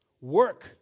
Work